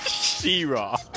She-Ra